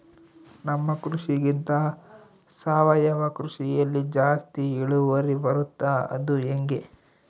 ನಮ್ಮ ಕೃಷಿಗಿಂತ ಸಾವಯವ ಕೃಷಿಯಲ್ಲಿ ಜಾಸ್ತಿ ಇಳುವರಿ ಬರುತ್ತಾ ಅದು ಹೆಂಗೆ?